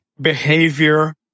behavior